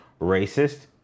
racist